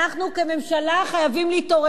אנחנו כממשלה חייבים להתעורר